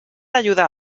ayuda